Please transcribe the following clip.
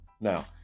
now